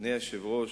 אדוני היושב-ראש,